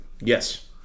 Yes